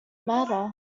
matter